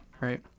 Right